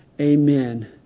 Amen